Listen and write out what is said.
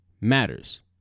matters